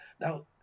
Now